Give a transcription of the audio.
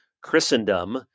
Christendom